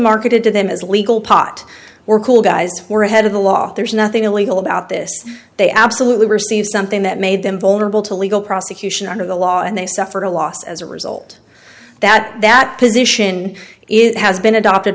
marketed to them as legal pot we're cool guys we're ahead of the law there's nothing illegal about this they absolutely received something that made them vulnerable to legal prosecution under the law and they suffered a loss as a result that that position is it has been adopted